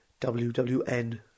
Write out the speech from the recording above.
WWN